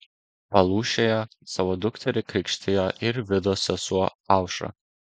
palūšėje savo dukterį krikštijo ir vidos sesuo aušra